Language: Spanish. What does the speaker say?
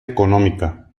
económica